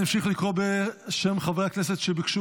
אני אמשיך לקרוא בשמות חברי הכנסת שביקשו